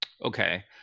Okay